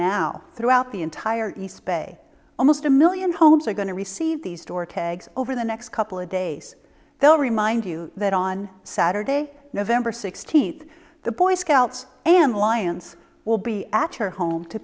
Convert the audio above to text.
now throughout the entire east bay almost a million homes are going to receive these store tags over the next couple of days they'll remind you that on saturday november sixteenth the boy scouts and lions will be at her home to